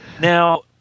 Now